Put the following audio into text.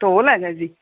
ਢੋਲ ਹੈਗਾ ਜੀ